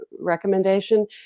recommendation